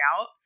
out